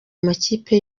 amakipe